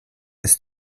ist